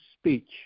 Speech